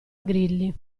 grilli